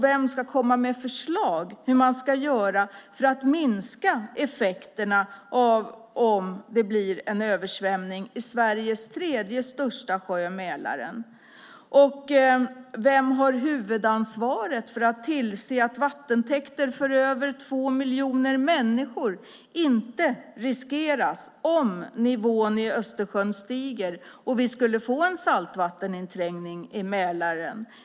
Vem ska komma med förslag om hur man ska göra för att minska effekterna om det blir en översvämning i Sveriges tredje största sjö Mälaren? Vem har huvudansvaret för att tillse att vattentäkter för över två miljoner människor inte riskeras om nivån i Östersjön stiger och vi skulle få en saltvatteninträngning i Mälaren?